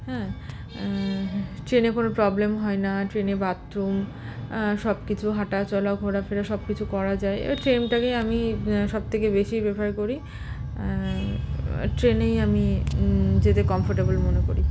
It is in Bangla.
হ্যাঁ ট্রেনে কোনও প্রবলেম হয় না ট্রেনে বাথরুম সবকিছু হাঁটা চলা ও ঘোরাফেরা সবকিছু করা যায় এবার ট্রেনটাকেই আমি সবথেকে বেশি প্রেফার করি ট্রেনেই আমি যেতে কম্ফোর্টেবল মনে করি